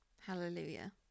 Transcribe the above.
Hallelujah